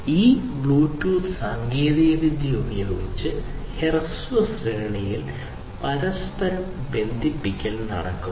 ഈ ബ്ലൂടൂത്ത് സാങ്കേതികവിദ്യ ഉപയോഗിച്ച് ഉപകരണങ്ങൾ ഹ്രസ്വ ശ്രേണിയിൽ പരസ്പരം ബന്ധിപ്പിക്കാൻ കഴിയും